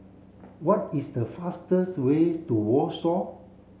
what is the fastest way to Warsaw